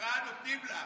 בפשרה נותנים לה.